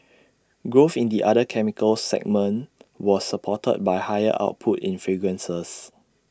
growth in the other chemicals segment was supported by higher output in fragrances